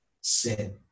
sin